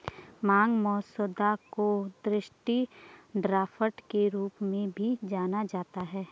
मांग मसौदा को दृष्टि ड्राफ्ट के रूप में भी जाना जाता है